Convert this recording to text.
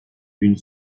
une